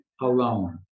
alone